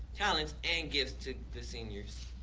talents, and gifts to the seniors.